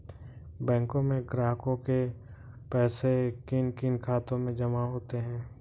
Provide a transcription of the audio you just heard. बैंकों में ग्राहकों के पैसे किन किन खातों में जमा होते हैं?